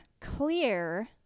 clear